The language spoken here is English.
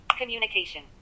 Communication